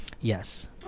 yes